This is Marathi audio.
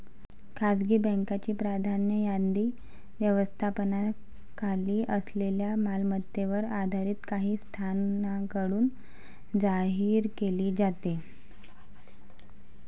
खासगी बँकांची प्राधान्य यादी व्यवस्थापनाखाली असलेल्या मालमत्तेवर आधारित काही संस्थांकडून जाहीर केली जाते